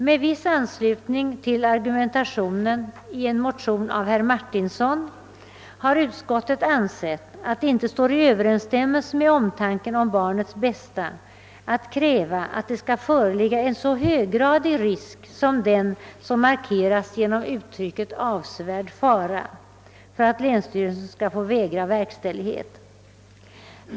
Med viss anslutning till argumentationen i en motion av herr Martinsson har utskottet ansett, att det inte står i överensstämmelse med omtanken om barnets bästa att kräva, att det skall föreligga en så höggradig risk som den, som markeras genom uttrycket avsevärd fara, för att länsstyrelsen skall få vägra verkställighet.